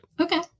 Okay